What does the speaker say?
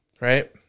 right